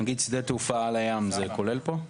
נגיד, שדה תעופה על הים, זה כולל פה?